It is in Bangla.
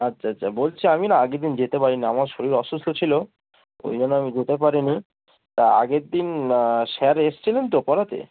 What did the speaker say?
আচ্ছা আচ্ছা বলছি আমি না আগের দিন যেতে পারি না আমার শরীর অসুস্থ ছিলো ওই জন্য আমি যেতে পারি নি তা আগের দিন স্যার এসছিলেন তো পড়াতে